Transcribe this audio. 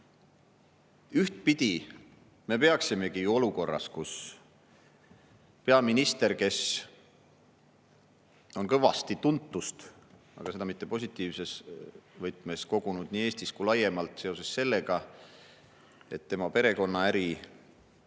ühtpidi me peaksimegi olukorras, kus peaminister, kes on kõvasti tuntust – aga seda mitte positiivses võtmes – kogunud nii Eestis kui ka laiemalt seoses sellega, et tema perekonnaäri